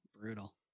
Brutal